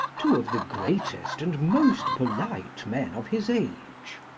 two of the greatest and most polite men of his age.